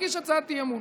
תגיש הצעת אי-אמון.